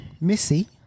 Missy